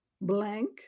blank